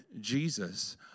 Jesus